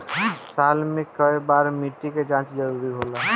साल में केय बार मिट्टी के जाँच जरूरी होला?